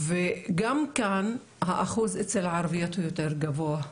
גם כאן האחוז אצל הערביות הוא יותר גבוה.